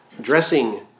dressing